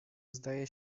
zdaje